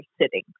sitting